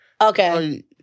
Okay